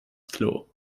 klo